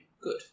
Good